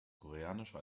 koreanische